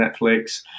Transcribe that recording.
netflix